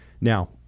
Now